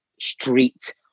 street